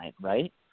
right